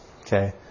Okay